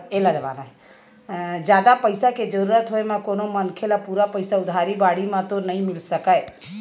जादा पइसा के जरुरत होय म कोनो मनखे ल पूरा पइसा उधारी बाड़ही म तो नइ मिल सकय